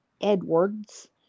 Edwards